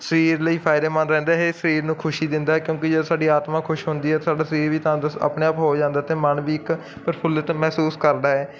ਸਰੀਰ ਲਈ ਫਾਇਦੇਮੰਦ ਰਹਿੰਦੇ ਸਰੀਰ ਨੂੰ ਖੁਸ਼ੀ ਦਿੰਦਾ ਕਿਉਂਕਿ ਜਦੋਂ ਸਾਡੀ ਆਤਮਾ ਖੁਸ਼ ਹੁੰਦੀ ਹੈ ਸਾਡਾ ਸਰੀਰ ਵੀ ਤੰਦਰੁਸਤ ਆਪਣੇ ਆਪ ਹੋ ਜਾਂਦਾ ਤੇ ਮਨ ਵੀ ਇੱਕ ਪ੍ਰਫੁੱਲਤ ਮਹਿਸੂਸ ਕਰਦਾ ਹੈ